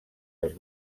els